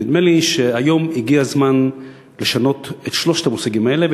נדמה לי היום שהגיע הזמן לשנות את שלושת המושגים האלה,